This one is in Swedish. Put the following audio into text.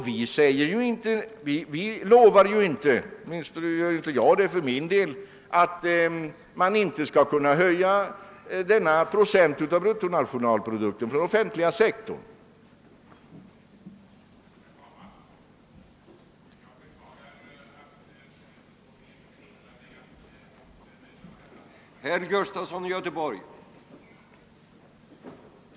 Vi lovar inte, åtminstone gör jag det inte för min del, att den offentliga sektorns andel av bruttonationalprodukten inte kommer att kunna höjas ytterligare.